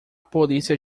polícia